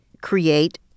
create